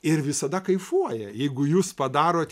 ir visada kaifuoja jeigu jūs padarot